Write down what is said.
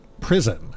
prison